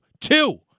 Two